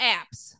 apps